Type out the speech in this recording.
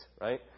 Right